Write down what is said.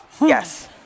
Yes